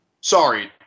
Sorry